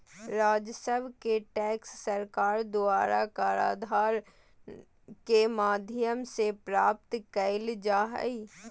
राजस्व के टैक्स सरकार द्वारा कराधान के माध्यम से प्राप्त कइल जा हइ